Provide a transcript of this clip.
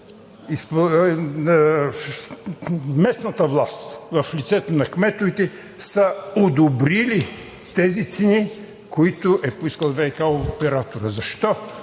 местната власт в лицето на кметовете е одобрила тези цени, които е поискал ВиК операторът! Защо?